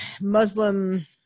Muslim